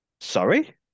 Sorry